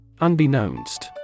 Unbeknownst